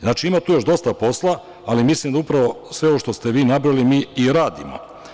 Znači, ima tu još dosta posla, ali mislim da upravo sve ovo što ste vi nabrojali mi i radimo.